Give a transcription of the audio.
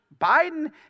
Biden